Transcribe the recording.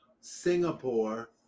Singapore